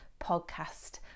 podcast